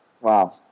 Wow